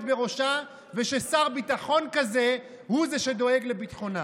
בראשה וששר ביטחון כזה הוא שדואג לביטחונה.